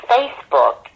Facebook